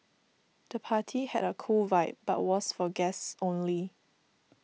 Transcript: the party had a cool vibe but was for guests only